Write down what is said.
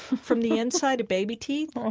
from the inside of baby teeth?